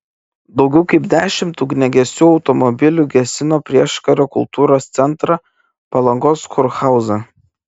daugiau kaip dešimt ugniagesių automobilių gesino prieškario kultūros centrą palangos kurhauzą